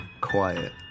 quiet